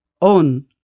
on